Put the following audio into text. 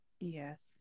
Yes